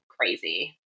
crazy